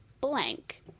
blank